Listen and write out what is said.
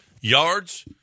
yards